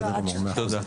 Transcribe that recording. תודה.